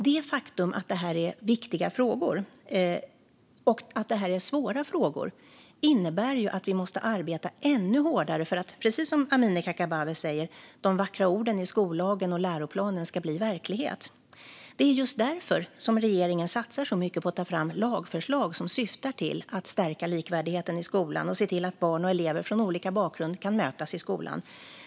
Det faktum att detta är viktiga och svåra frågor innebär att vi måste arbeta ännu hårdare för att, precis som Amineh Kakabaveh säger, de vackra orden i skollagen och läroplanen ska bli verklighet. Det är just därför som regeringen satsar så mycket på att ta fram lagförslag som syftar till att stärka likvärdigheten i skolan och att se till att barn och elever från olika bakgrund kan mötas i skolan.